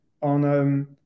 on